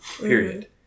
period